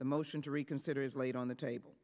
the motion to reconsider is laid on the table